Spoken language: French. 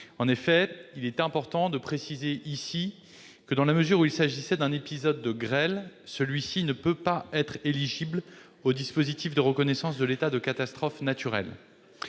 En effet, il est important de préciser ici que, dans la mesure où il s'agissait d'un épisode de grêle, celui-ci ne peut pas être éligible au dispositif de reconnaissance de l'état de catastrophe naturelle.